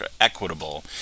equitable